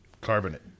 carbonate